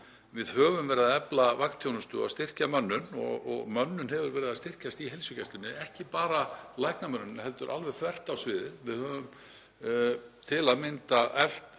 Við höfum verið að efla vaktþjónustu og styrkja mönnun. Mönnun hefur verið að styrkjast í heilsugæslunni, ekki bara læknamönnun heldur alveg þvert á sviðið. Við höfum til að mynda eflt